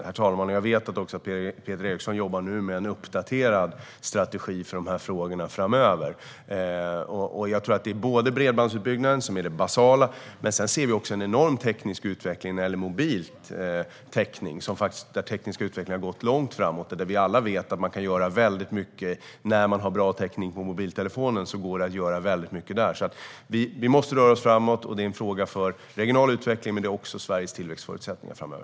Herr talman! Jag vet att Peter Eriksson jobbar med en uppdaterad strategi för dessa frågor. Bredbandsutbyggnaden är det basala, men vi ser också en enorm teknisk utveckling vad gäller mobil täckning. Här har den tekniska utvecklingen nått långt. Vi vet alla att när vi har bra täckning på mobiltelefonen går det att göra mycket. Vi måste röra oss framåt. Det är en fråga om regional utveckling, men det handlar också om Sveriges tillväxtförutsättningar framöver.